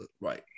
Right